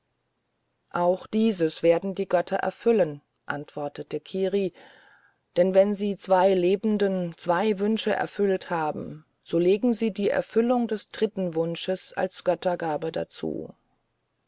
auch dieses werden die götter erfüllen antwortete kiri denn wenn sie zwei lebenden zwei wünsche erfüllt haben so legen sie die erfüllung des dritten wunsches als göttergabe dazu